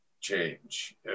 change